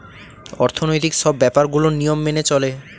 অর্থনৈতিক সব ব্যাপার গুলোর নিয়ম মেনে চলে